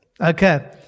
okay